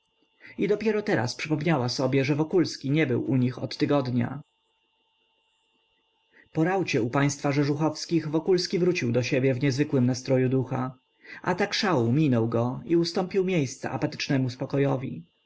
i dopiero teraz przypomniała sobie że wokulski nie był u nich od tygodnia po raucie u państwa rzeżuchowskicb wokulski wrócił do siebie w niezwykłym nastroju ducha atak szalu minął go i ustąpił miejsca